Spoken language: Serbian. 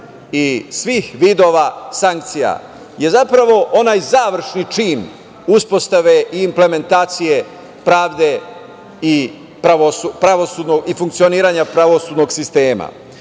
i svih vidova sankcija je zapravo onaj završni čin uspostave i implementacije pravde i funkcioniranja pravosudnog sistema. Zato